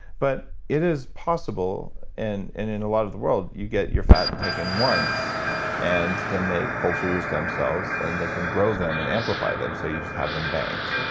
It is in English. but it is possible and in in a lot of the world you get your fat taken once and then they culture your stem cells and they can grow them and amplify them so you just have them banked.